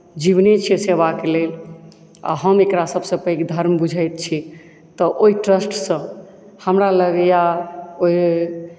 जीवने छियै सेवाके लेल आओर हम एकरा सभसँ पैघ धर्म बुझैत छी तऽ ओहि ट्रस्टसँ हमरा लागैए ओहि